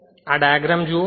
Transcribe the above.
તેથી આ ડાયગ્રામપણ જુઓ